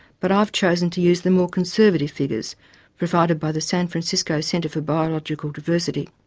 but i have chosen to use the more conservative figures provided by the san francisco center for biological diversity.